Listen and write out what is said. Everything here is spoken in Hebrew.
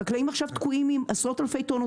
החקלאים עכשיו תקועים עם עשרות אלפי טונות,